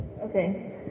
okay